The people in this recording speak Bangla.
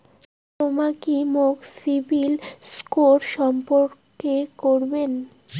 তমা কি মোক সিবিল স্কোর সম্পর্কে কবেন?